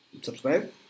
subscribe